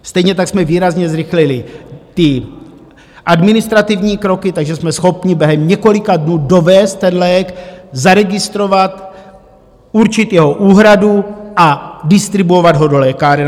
Stejně tak jsme výrazně zrychlili administrativní kroky, takže jsme schopni během několika dnů dovézt ten lék, zaregistrovat, určit jeho úhradu a distribuovat ho do lékáren.